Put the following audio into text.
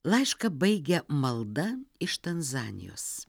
laišką baigia malda iš tanzanijos